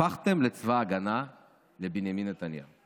הפכתם לצבא ההגנה לבנימין נתניהו.